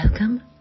Welcome